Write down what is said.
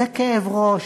זה כאב ראש,